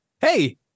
Hey